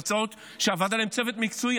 הן הצעות שעבד עליהן צוות מקצועי,